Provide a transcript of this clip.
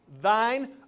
thine